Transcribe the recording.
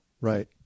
Right